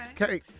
Okay